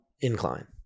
incline